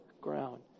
ground